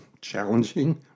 challenging